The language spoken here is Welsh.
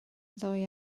ddwy